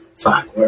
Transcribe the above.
fuck